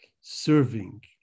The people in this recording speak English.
serving